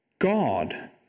God